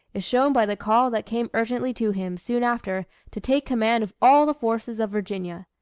is shown by the call that came urgently to him, soon after, to take command of all the forces of virginia.